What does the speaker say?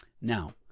Now